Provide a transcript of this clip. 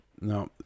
No